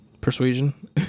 Persuasion